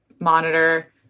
monitor